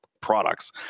products